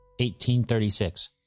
1836